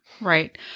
Right